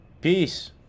peace